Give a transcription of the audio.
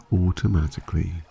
automatically